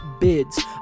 bids